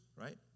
right